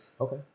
Okay